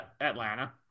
Atlanta